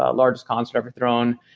ah largest concert ever thrown.